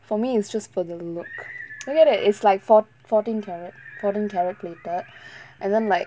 for me it's just for the look look at it it's like four fourteen carat fourteen carat plated and then like